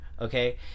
okay